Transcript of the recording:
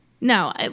No